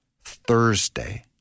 Thursday